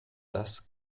das